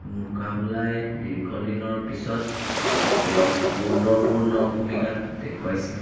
মুকাবলাই দীৰ্ঘদিনৰ পিছত তেওঁক গুৰুত্বপূৰ্ণ ভূমিকাত দেখুৱাইছিল